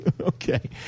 Okay